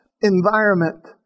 environment